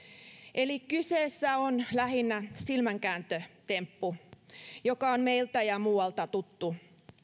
eli kyseessä on lähinnä silmänkääntötemppu joka on meiltä ja muualta tuttu